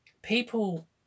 people